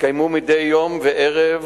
התקיימו מדי יום וערב